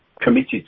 committed